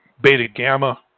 beta-gamma